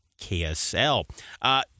KSL